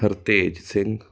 Hartej Singh